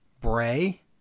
Bray